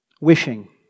wishing